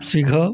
सीखा